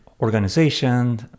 organization